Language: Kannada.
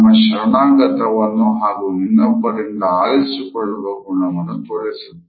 ನಮ್ಮ ಶರಣಾಗತವನ್ನು ಹಾಗು ಇನ್ನೊಬ್ಬರಿಂದ ಆಲಿಸಿಕೊಳ್ಳುವ ಗುಣವನ್ನು ತೋರಿಸುತ್ತದೆ